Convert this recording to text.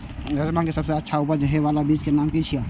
राजमा के सबसे अच्छा उपज हे वाला बीज के नाम की छे?